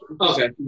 okay